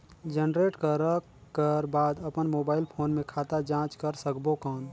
Generate करक कर बाद अपन मोबाइल फोन मे खाता जांच कर सकबो कौन?